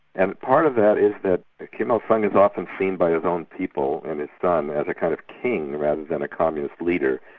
and part of that is that kim il-sung is often seen by his own people, and his son, as a kind of king, rather than a communist leader.